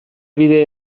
bide